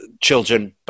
children